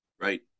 Right